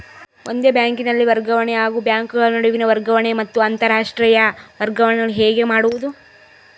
ಒಂದೇ ಬ್ಯಾಂಕಿನಲ್ಲಿ ವರ್ಗಾವಣೆ ಹಾಗೂ ಬ್ಯಾಂಕುಗಳ ನಡುವಿನ ವರ್ಗಾವಣೆ ಮತ್ತು ಅಂತರಾಷ್ಟೇಯ ವರ್ಗಾವಣೆಗಳು ಹೇಗೆ ಮಾಡುವುದು?